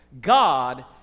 God